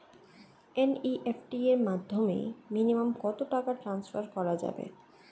NEFT এর মাধ্যমে minimum কত টাকা টান্সফার করা যাবে?